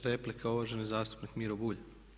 Replika, uvaženi zastupnik Miro Bulj.